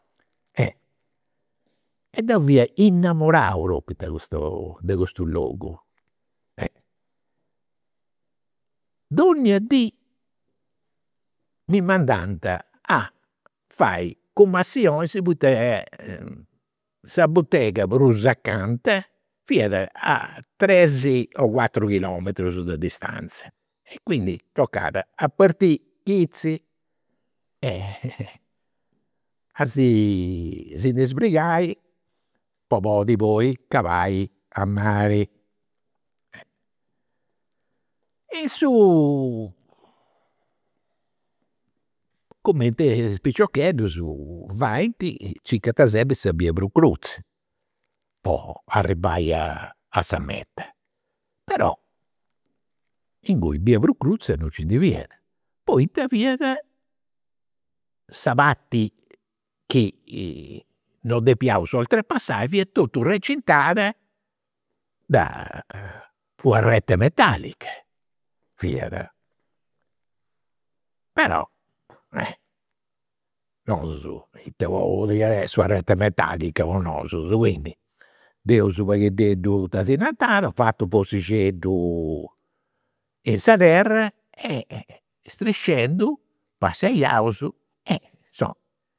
E deu fiu innamorau propriu de custu de custu logu. Donnia dì mi mandant a fai cumissionis poita sa butega prus acanta fiat a tres o cuatrus chilometrus de distanza. Quindi tocat a partiri chizi e a si si ndi sbrigai po ndi podiri poi calai a mari. In su cumenti is piciocheddus faint, circant sempri sa bia prus cruza po arribai a sa meta. Però inguni bia prus cruza non nci ndi fiat, poita fiat, sa parti chi non depiaus oltrepassai, fiat totu recintadada da una rete metallica, fiat. Però nosu ita podiat essi una rete metallica po nosu. Quindi dd'eus u' paghededdu tesinantada, fatu u' fossixeddu in sa terra, strisciendu passiaus e insoma